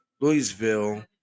Louisville